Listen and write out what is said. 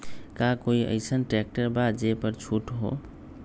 का कोइ अईसन ट्रैक्टर बा जे पर छूट हो?